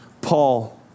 Paul